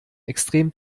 extrem